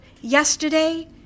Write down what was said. yesterday